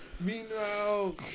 Meanwhile